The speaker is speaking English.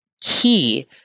key